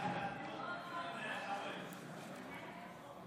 יש לי אחריות על הילדים האלה.